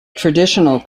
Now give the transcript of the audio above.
traditional